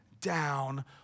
down